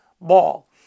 ball